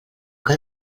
que